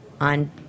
On